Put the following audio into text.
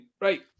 right